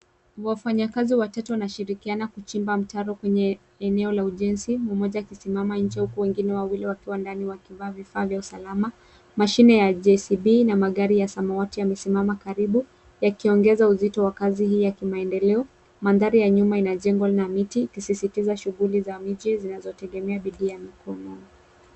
Wafanyakazi watatu wanashirikiana kuchimba mtaro kwenye eneo la ujenzi mmoja akisimama nje huku wengine wawili wakiwa ndani wakiwa wamevaa vifaa vya usalama. Mashine ya JCB na magari ya samawati yamesimama karibu yakiongeza uzito wa kazi hii ya kimaendeleo. Mandhari ya nyuma ina jengo na miti ikisisitiza shughuli za miche zinazotegemea bidii ya mikononi.